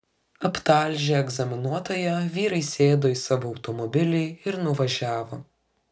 aptalžę egzaminuotoją vyrai sėdo į savo automobilį ir nuvažiavo